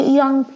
young